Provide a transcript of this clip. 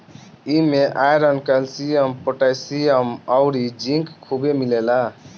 इमे iron, calcium, potassium अउरी zinc खुबे मिलेला